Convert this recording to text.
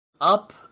up